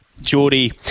Geordie